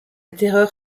terreur